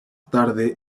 tarde